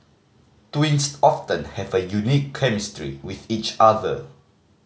twins often have a unique chemistry with each other